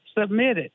submitted